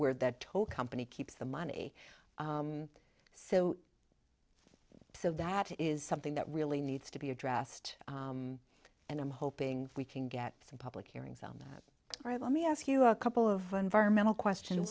where that toll company keeps the money so so that is something that really needs to be addressed and i'm hoping we can get some public hearings on that let me ask you a couple of environmental question